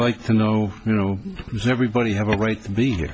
like to know you know everybody have a right to be